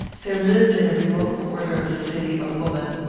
there lived in a remote quarter of the city a woman,